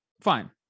Fine